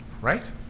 right